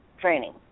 training